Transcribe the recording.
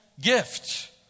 gift